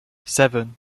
seven